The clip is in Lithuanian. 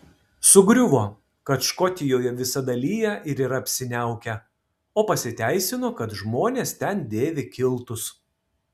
sugriuvo kad škotijoje visada lyja ir yra apsiniaukę o pasiteisino kad žmonės ten dėvi kiltus